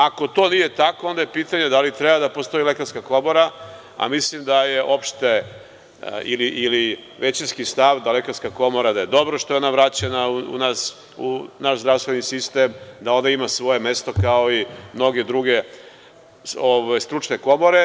Ako to nije tako, onda je pitanje da li treba da postoji lekarska komora, a mislim da je opšte ili većinski stav da je dobro što je lekarska komora vraćena u naš zdravstveni sistem, da ona ima svoje mesto, kao i mnoge druge stručne komore.